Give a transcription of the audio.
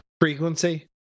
frequency